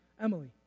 Emily